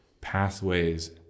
pathways